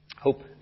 hope